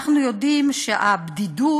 אנחנו יודעים שהבדידות